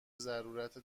ضرورت